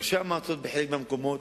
ראשי המועצות בחלק מהמקומות,